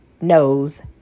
knows